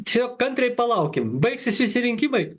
čia kantriai palaukime baigsis susirinkimai